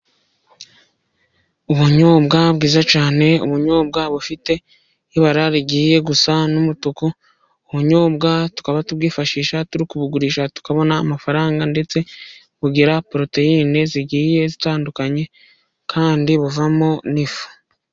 Ubunyobwa bwiza cyane, ubunyobwa bufite ibara rigiye gusa n'umutuku. Ubunyobwa tukaba tubwifashisha turi kubugurisha tukabona amafaranga, ndetse bugira poroteyine zigiye zitandukanye, kandi buvamo n'ifu.